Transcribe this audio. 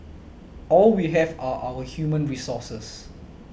all we have are our human resources